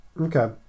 okay